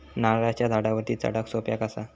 नारळाच्या झाडावरती चडाक सोप्या कसा?